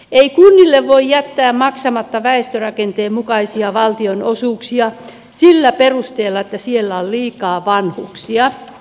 ei kunnille voi jättää maksamatta väestörakenteen mukaisia valtionosuuksia sillä perusteella että siellä on liikaa vanhuksia